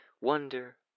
Wonder